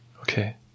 Okay